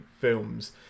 films